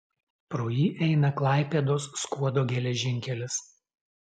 pro jį eina klaipėdos skuodo geležinkelis